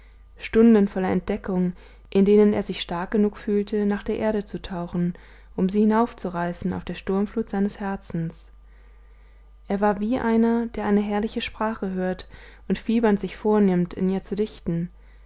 stunden voller entdeckung in denen er sich stark genug fühlte nach der erde zu tauchen um sie hinaufzureißen auf der sturmflut seines herzens er war wie einer der eine herrliche sprache hört und fiebernd sich vornimmt in ihr zu dichten